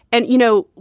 and, you know,